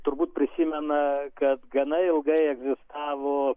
turbūt prisimena kad gana ilgai egzistavo